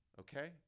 okay